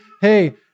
Hey